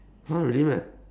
!huh! really meh